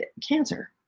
Cancer